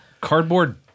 cardboard